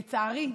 לצערי,